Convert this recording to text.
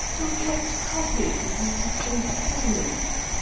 who kept copies of her husband's sermons.